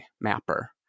mapper